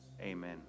Amen